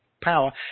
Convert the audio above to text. power